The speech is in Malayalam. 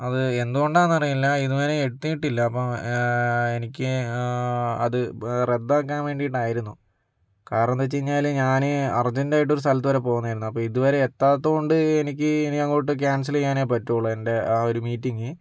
അത് എന്ത് കൊണ്ടാന്ന് അറിയില്ല ഇതുവരെ എത്തീട്ടില്ല അപ്പം എനിക്ക് അത് റദ്ദാക്കാൻ വേണ്ടീട്ടായിരുന്നു കാരണം എന്താന്ന് വച്ച് കഴിഞ്ഞാല് ഞാന് അർജന്റായിട്ട് ഒരു സ്ഥലത്ത് വരെ പോകണമായിരുന്നു അപ്പോൾ ഇതുവരെ എത്താതത് കൊണ്ട് എനിക്ക് ഇനിയങ്ങോട്ട് ക്യാൻസല് ചെയ്യാനേ പറ്റുകയുള്ളു എൻ്റെ ആ ഒരു മീറ്റിങ്